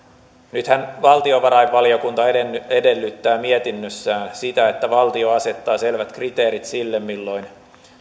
nythän valtiovarainvaliokunta edellyttää mietinnössään sitä että valtio asettaa selvät kriteerit sille milloin